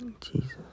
Jesus